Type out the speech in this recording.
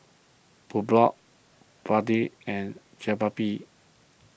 Pulao and Jalebi